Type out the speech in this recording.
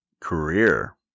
Career